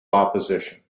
opposition